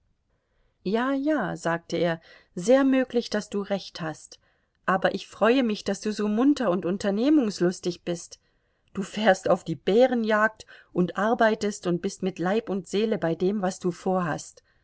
ja ja sagte er sehr möglich daß du recht hast aber ich freue mich daß du so munter und unternehmungslustig bist du fährst auf die bärenjagd und arbeitest und bist mit leib und seele bei dem was du vorhast